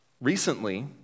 Recently